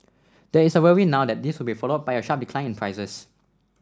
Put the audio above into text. there is a worry now that this would be followed by a sharp decline in prices